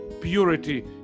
Purity